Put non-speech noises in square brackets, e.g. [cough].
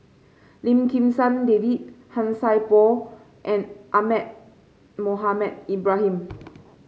Lim Kim San David Han Sai Por and Ahmad Mohamed Ibrahim [noise]